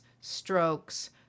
strokes